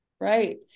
Right